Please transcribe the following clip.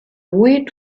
louie